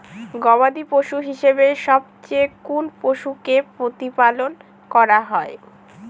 গবাদী পশু হিসেবে সবচেয়ে কোন পশুকে প্রতিপালন করা হয়?